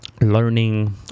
learning